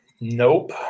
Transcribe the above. Nope